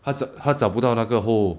他找他找不到那个 hole